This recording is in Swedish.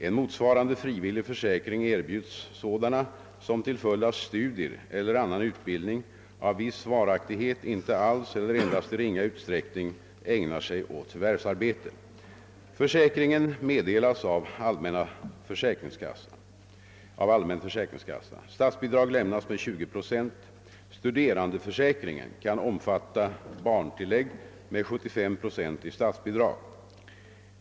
En motsvarande frivillig försäkring erbjuds sådana som till följd av studier eller annan utbildning av viss varaktighet inte alls eller endast i ringa utsträckning ägnar sig åt förvärvsarbete. Försäkringen meddelas av allmän försäkringskassa. Statsbidrag lämnas med 20 procent. Studerandeförsäkringen kan omfatta barntillägg med 75 procent i statsbidrag.